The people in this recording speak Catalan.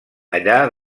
allà